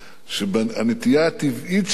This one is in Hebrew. שהנטייה הטבעית שלו